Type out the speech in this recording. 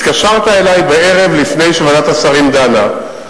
התקשרת אלי בערב לפני שוועדת השרים דנה,